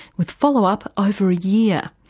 with follow up over a year.